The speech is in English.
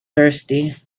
thirsty